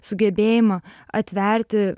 sugebėjimą atverti